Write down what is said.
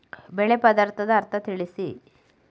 ಬೆಳೆ ಪದದ ಅರ್ಥ ತಿಳಿಸಿ?